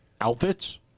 outfits